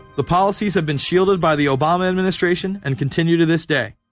the policies have been shielded by the obama administration and continue to this day.